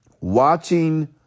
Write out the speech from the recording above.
Watching